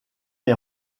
est